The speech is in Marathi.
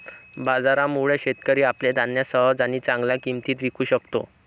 बाजारामुळे, शेतकरी आपले धान्य सहज आणि चांगल्या किंमतीत विकू शकतो